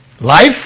Life